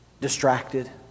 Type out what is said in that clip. distracted